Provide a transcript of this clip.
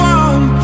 one